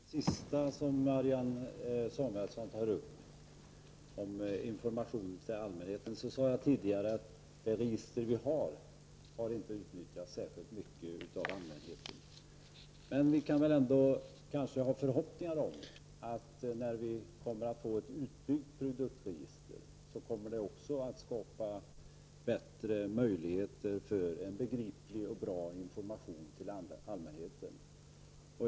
Herr talman! Beträffande det som Marianne Samuelsson sist tog upp, information till allmänheten, sade jag tidigare att det register som vi har inte har utnyttjats särskilt mycket av allmänheten. Men vi kan kanske hysa förhoppningar om att det blir en bättre och begripligare information till allmänheten, när vi har fått ett utbyggt produktregister.